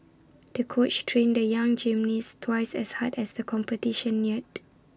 the coach trained the young gym niece twice as hard as the competition neared